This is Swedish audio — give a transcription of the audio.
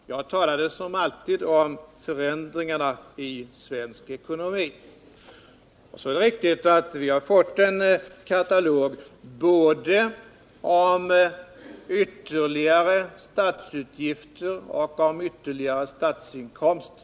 Herr talman! Jag talade som alltid i detta sammanhang om förändringarna i svensk ekonomi. Det är riktigt att det har lämnats en katalog både över ytterligare statsutgifter och över ytterligare statsinkomster.